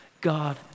God